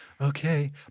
Okay